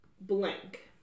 blank